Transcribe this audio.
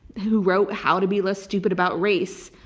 who wrote how to be less stupid about race.